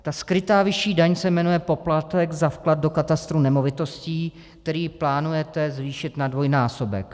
Ta skrytá vyšší daň se jmenuje poplatek za vklad do katastru nemovitostí, který plánujete zvýšit na dvojnásobek.